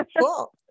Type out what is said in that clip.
Cool